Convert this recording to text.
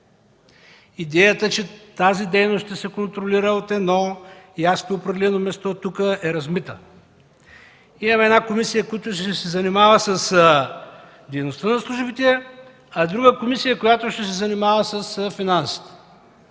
Идеята, че тази дейност ще се контролира от едно ясно определено място, тук е размита. Имаме една комисия, която ще се занимава с дейността на службите, а друга комисия, която ще се занимава с финансите.